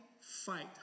fight